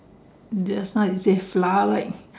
just like the Slavic